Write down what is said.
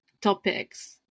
topics